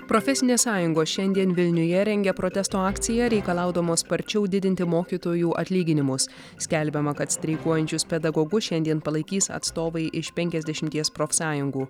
profesinės sąjungos šiandien vilniuje rengia protesto akciją reikalaudamos sparčiau didinti mokytojų atlyginimus skelbiama kad streikuojančius pedagogus šiandien palaikys atstovai iš penkiasdešimties profsąjungų